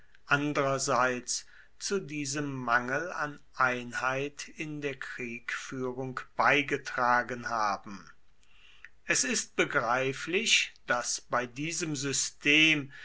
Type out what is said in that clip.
andrerseits zu diesem mangel an einheit in der kriegführung beigetragen haben es ist begreiflich daß bei diesem system